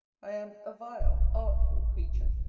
i am a vile, artful creature.